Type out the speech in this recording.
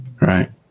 Right